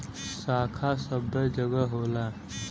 शाखा सबै जगह होला